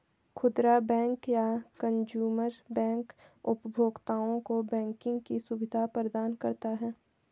खुदरा बैंक या consumer bank उपभोक्ताओं को बैंकिंग की सुविधा प्रदान करता है